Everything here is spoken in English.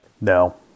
No